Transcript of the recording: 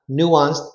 nuanced